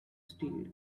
stayed